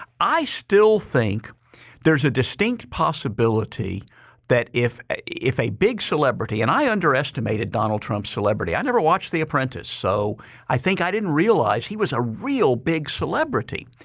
i still think there's a distinct possibility that if a if a big celebrity and i underestimated donald trump's celebrity. i never watched the apprentice. so i think i didn't realize he was a real big celebrity.